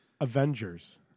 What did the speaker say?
Avengers